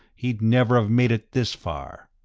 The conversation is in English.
he'd never have made it this far.